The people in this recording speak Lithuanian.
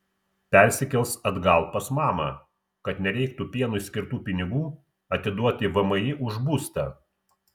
persikels atgal pas mamą kad nereiktų pienui skirtų pinigų atiduoti vmi už būstą